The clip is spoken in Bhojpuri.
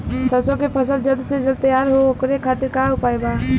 सरसो के फसल जल्द से जल्द तैयार हो ओकरे खातीर का उपाय बा?